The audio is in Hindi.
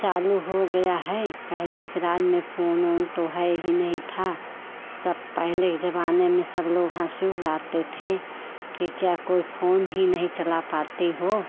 चालू हो गया है पहले के राज में फोन ओन तो है ही नहीं था सब पहले के ज़माने में सब लोग हंसी उड़ाते थे कि क्या कोई फोन ही नहीं चला पाती हो